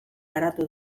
garatu